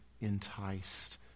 enticed